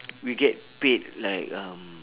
we get paid like um